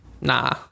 nah